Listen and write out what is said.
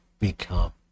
become